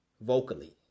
vocally